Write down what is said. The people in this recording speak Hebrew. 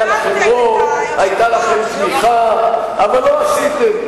היה לכם רוב, היתה לכם שליטה, אבל לא עשיתם.